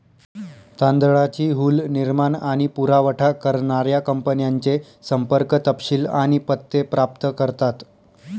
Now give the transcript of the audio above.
तांदळाची हुल निर्माण आणि पुरावठा करणाऱ्या कंपन्यांचे संपर्क तपशील आणि पत्ते प्राप्त करतात